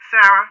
Sarah